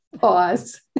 pause